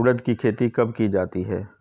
उड़द की खेती कब की जाती है?